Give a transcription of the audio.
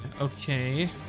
Okay